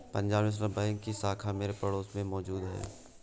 Punjab National Bank की शाखा मेरे पड़ोस में मौजूद है